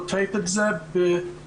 לתת את זה בחיוך,